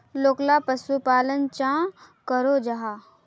लोकला पशुपालन चाँ करो जाहा?